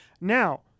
Now